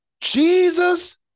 Jesus